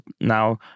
now